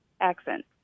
accent